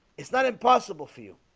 it's not impossible for you